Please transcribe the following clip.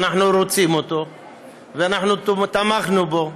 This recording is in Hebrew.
אנחנו רוצים אותו ואנחנו תמכנו בו.